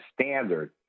standard